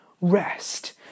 rest